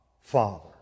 Father